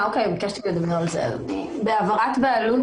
לגבי העברת בעלות,